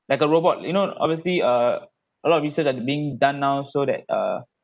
like a robot you know obviously uh a lot of research has been done now so that uh